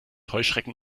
heuschrecken